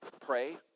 pray